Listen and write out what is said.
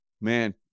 man